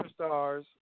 Superstars